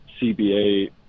CBA